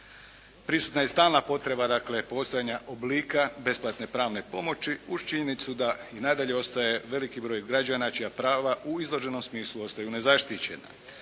Prisutna je stalna potreba, dakle, postojanja oblika besplatne pravne pomoći uz činjenicu da i nadalje ostaje veliki broj građana čija prava u izloženom smislu ostaju nezaštićena.